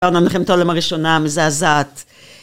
דיברנו על מלחמת העולם הראשונה, מזעזעת